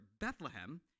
Bethlehem